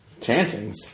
Chantings